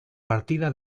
partida